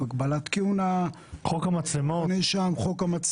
הגבלת כהונה, חוק המצלמות.